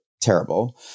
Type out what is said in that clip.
terrible